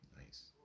Nice